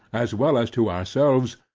as well as to ourselves,